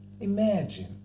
Imagine